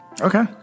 Okay